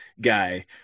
guy